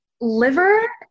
Liver